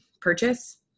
purchase